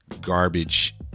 garbage